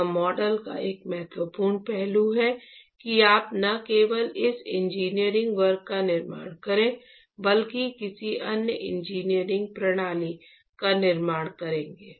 यह मॉडल का एक महत्वपूर्ण पहलू है कि आप न केवल इस इंजीनियरिंग वर्ग का निर्माण करेंगे बल्कि किसी अन्य इंजीनियरिंग प्रणाली का निर्माण करेंगे